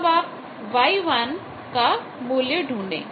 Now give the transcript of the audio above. अब आप Y1 कम मूल्य ढूंढे